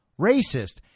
racist